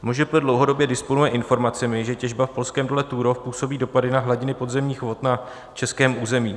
MŽP dlouhodobě disponuje informacemi, že těžba v polském dole Turów působí dopady hladiny podzemních vod na českém území.